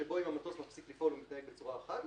שבו אם המטוס מפסיק לפעול הוא מתנהג בצורה אחת,